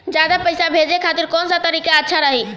ज्यादा पईसा भेजे खातिर कौन सा तरीका अच्छा रही?